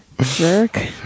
Jerk